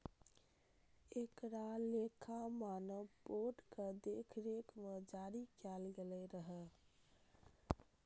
एकरा लेखा मानक बोर्ड के देखरेख मे जारी कैल गेल रहै